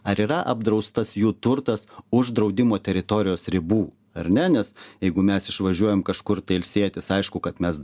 ar yra apdraustas jų turtas už draudimo teritorijos ribų ar ne nes jeigu mes išvažiuojam kažkur tai ilsėtis aišku kad mes